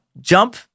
jump